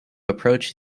approach